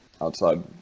Outside